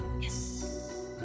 Yes